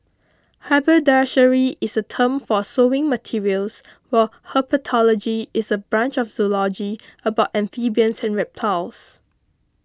haberdashery is a term for sewing materials while herpetology is a branch of zoology about amphibians and reptiles